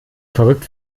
verrückt